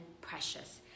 precious